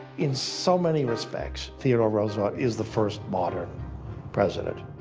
in so many respects, theodore roosevelt is the first modern president.